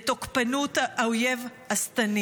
בתוקפנות האויב השטני